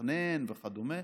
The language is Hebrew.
ומתכנן וכדומה.